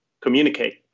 communicate